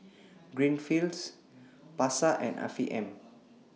Greenfields Pasar and Afiq M